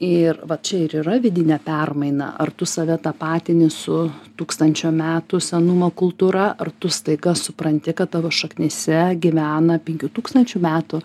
ir va čia ir yra vidinė permaina ar tu save tapatini su tūkstančio metų senumo kultūra ar tu staiga supranti kad tavo šaknyse gyvena penkių tūkstančių metų